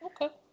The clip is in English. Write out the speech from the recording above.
Okay